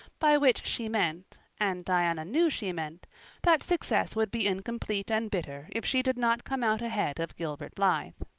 by which she meant and diana knew she meant that success would be incomplete and bitter if she did not come out ahead of gilbert blythe.